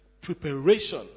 preparation